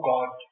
God